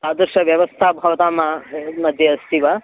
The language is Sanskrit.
तादृशी व्यवस्था भवतां मध्ये अस्ति वा